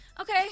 Okay